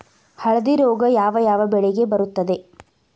ಹಳದಿ ರೋಗ ಯಾವ ಯಾವ ಬೆಳೆಗೆ ಬರುತ್ತದೆ?